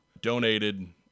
donated